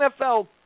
NFL